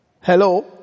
Hello